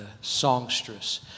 songstress